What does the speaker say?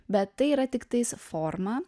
bet tai yra tiktais forma